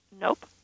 Nope